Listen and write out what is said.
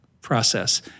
process